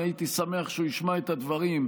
אני הייתי שמח שהוא ישמע את הדברים.